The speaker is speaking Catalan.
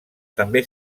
també